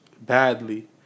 badly